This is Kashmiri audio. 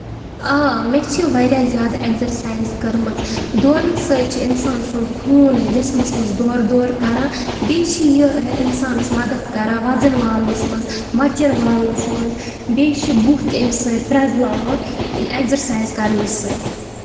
آ مےٚ چھِ واریاہ زیادٕ اٮ۪کزرسایز کٔرمٕژ دورنہٕ سۭتۍ چھُ اِنسان سُند خوٗن جِسمس منٛز دورٕ دورٕ کران بیٚیہِ چھِ یہِ اِنسانس مدد کران وَزن والنس منٛز مۄچر والنس منٛز بیٚیہِ چھُ بُتھ تہِ اَمہِ سۭتۍ پریزلاوان اٮ۪کزرسایز کرنہٕ سۭتۍ